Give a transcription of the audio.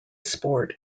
sport